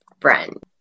friend